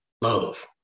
Love